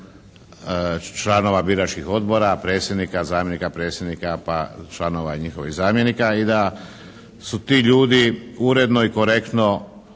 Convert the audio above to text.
članova biračkih odbora, predsjednika, zamjenika predsjednika, pa članova i njihovih zamjenika i da su ti ljudi uredno i korektno